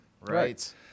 Right